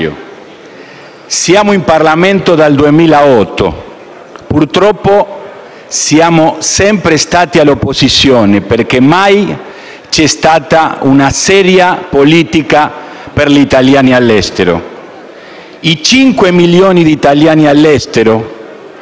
Siamo in Parlamento dal 2008, purtroppo siamo sempre stati all'opposizione, perché mai c'è stata una seria politica per gli italiani all'estero. I cinque milioni di italiani all'estero